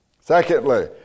Secondly